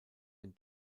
dem